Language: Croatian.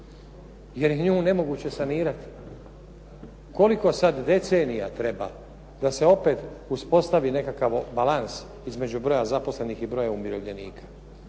jer je nju nemoguće sanirati. Koliko sad decenija treba da se opet uspostavi nekakav balans između broja zaposlenih i broja umirovljenika.